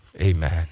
Amen